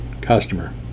customer